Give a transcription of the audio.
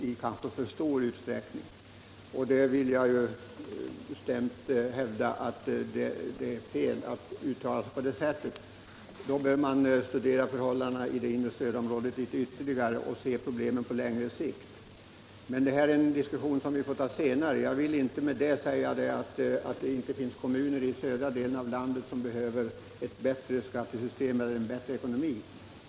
Jag hävdar bestämt att det är fel att uttala sig på det sättet. De som gör det bör studera förhållandena i det inre stödområdet ytterligare och se problemet på längre sikt. Men det är en diskussion som vi får ta senare. Jag vill med detta inte påstå att det inte i södra Sverige finns kommuner som behöver en bättre ekonomi.